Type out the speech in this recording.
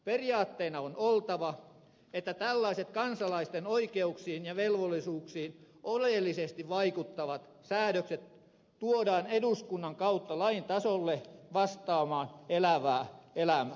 periaatteena on oltava että tällaiset kansalaisten oikeuksiin ja velvollisuuksiin oleellisesti vaikuttavat säädökset tuodaan eduskunnan kautta lain tasolle vastaamaan elävää elämää